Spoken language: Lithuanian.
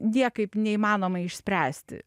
niekaip neįmanoma išspręsti